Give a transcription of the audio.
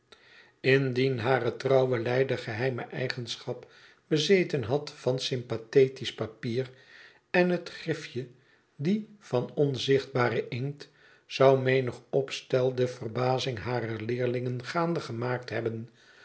indien hare trouwe lei de geheime eigenschap bezeten had van sympathetisch papier en het griftje die van onzichtbaren inkt zou menig opstel de verbazing harer leerlingen gaande gemaakt hebben